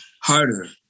harder